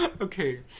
Okay